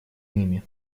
ними